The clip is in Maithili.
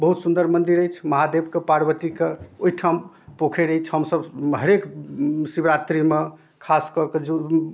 बहुत सुन्दर मन्दिर अछि महादेवके पार्वतीके ओहिठाम पोखरि अछि हमसब हरेक शिवरात्रिमे खासकऽ कऽ जे